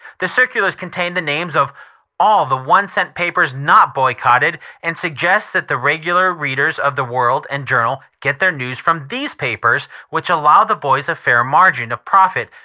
the circulars contain the names of all the one cent papers not boycotted and suggest that the regular readers of the world and journal get their news from these papers, which allow the boys a fair margin of profit,